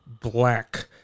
black